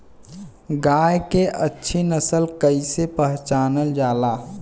गाय के अच्छी नस्ल कइसे पहचानल जाला?